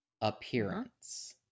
appearance